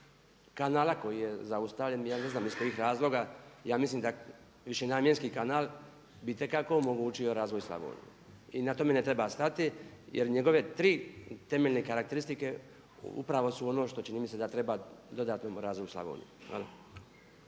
kanala koji je zaustavljen ja ne znam iz kojih razloga. Ja mislim da višenamjenski kanal bi itekako omogućio razvoj Slavonije i na tome ne treba stati jer njegove tri temeljne karakteristike upravo su ono što čini mi se da treba dodatnom razvoju Slavonije.